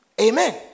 Amen